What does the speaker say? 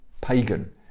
pagan